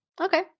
okay